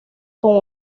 con